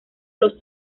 los